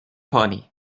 pony